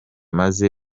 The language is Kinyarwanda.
maze